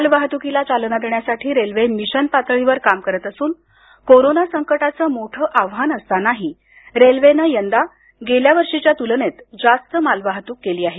मालवाहतुकीला चालना देण्यासाठी railway mission पातळीवर काम करत असून कोरोना संकटाचं मोठ आव्हान असतानाही रेल्वेनं यंदा गेल्या वर्षीच्या तुलनेत जास्त मालवाहतूक केली आहे